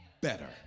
better